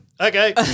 okay